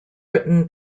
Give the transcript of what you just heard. written